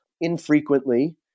infrequently